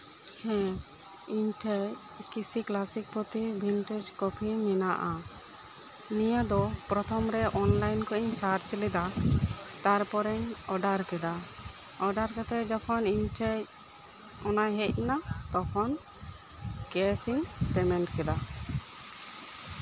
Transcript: ᱦᱮᱸ ᱤᱧ ᱴᱷᱮᱱ ᱠᱤᱥᱤ ᱠᱞᱟᱥᱤᱠ ᱵᱷᱤᱱᱴᱮᱡ ᱠᱚᱯᱤ ᱢᱮᱱᱟᱜᱼᱟ ᱱᱤᱭᱟᱹ ᱫᱚ ᱯᱚᱨᱛᱷᱚᱢᱨᱮ ᱚᱱᱞᱟᱭᱤᱱ ᱠᱷᱚᱱᱤᱧ ᱥᱟᱨᱪ ᱞᱮᱫᱟ ᱛᱟᱨᱯᱚᱨᱮᱧ ᱚᱰᱟᱨ ᱠᱮᱫᱟ ᱚᱰᱟᱨ ᱠᱟᱛᱮᱫ ᱡᱚᱠᱷᱚᱱ ᱤᱧᱴᱷᱮᱱ ᱚᱱᱟ ᱦᱮᱡ ᱮᱱᱟ ᱛᱚᱠᱷᱚᱱ ᱠᱮᱥᱤᱧ ᱯᱮᱢᱮᱱᱴ ᱠᱮᱫᱟ